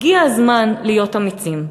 הגיע הזמן להיות אמיצים,